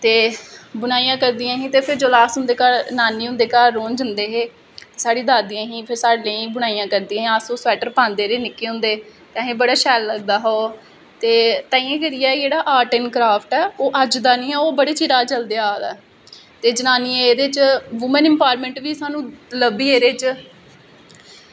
बुनाइयां करदियां हां ते जिसलै अस उंदे नानी घर जंदे हे साढ़ी दीदियां हां साढ़े लेई बुनाइयां करदियां हां ते अस ओह् स्वैट्टर पांदे रेह् निक्के होंदे ते असेंगी बड़ा शैल लगदा हा ओह् ते ताहियैं करियै जेह्ड़ा आर्ट ऐंड़ क्राफ्ट ऐ ओह् अज्ज दा नी ऐ ओह् बड़े चिरा दा चलदा अवा दा ऐ ते जनानियां एह्दे च बुमैन इंपावरमैंट बीा एह्दे च लब्भी एह्दे च